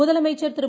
முதலமைச்சர் திரு